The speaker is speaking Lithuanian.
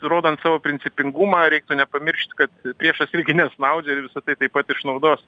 rodant savo principingumą reiktų nepamiršt kad priešas irgi nesnaudžia ir visa tai taip pat išnaudos